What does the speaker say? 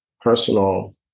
personal